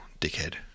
dickhead